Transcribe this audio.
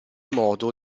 modo